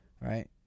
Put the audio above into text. right